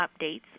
updates